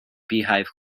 beehive